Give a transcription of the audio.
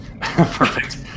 Perfect